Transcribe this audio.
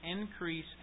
increase